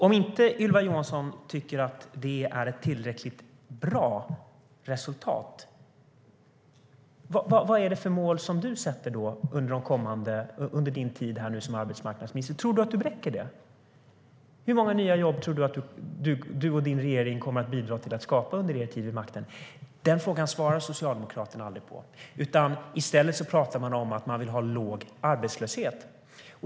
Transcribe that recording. Om du inte tycker att det är ett tillräckligt bra resultat, Ylva Johansson, vad är det då för mål som du sätter under din tid som arbetsmarknadsminister? Tror du att du bräcker det? Hur många nya jobb tror du att du och din regering kommer att bidra till att skapa under er tid vid makten? Den frågan svarar Socialdemokraterna aldrig på. I stället pratar man om att man vill ha låg arbetslöshet.